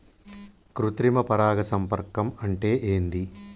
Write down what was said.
కృత్రిమ పరాగ సంపర్కం అంటే ఏంది?